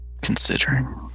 considering